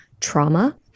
trauma